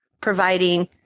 providing